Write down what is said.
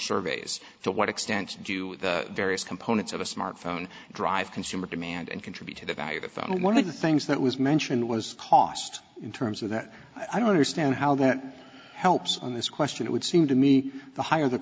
surveys to what extent do the various components of a smartphone drive consumer demand and contribute to the value of a phone one of the things that was mentioned was cost in terms of that i don't understand how that helps on this question it would seem to me the higher